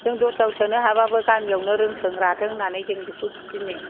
जों दस्राआव सोनो हायाबाबो गामिआवनो रोंथों राथों होन्नानै जों बेखौ थिनो